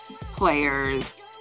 players